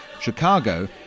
Chicago